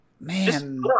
Man